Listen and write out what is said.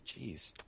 Jeez